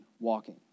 walking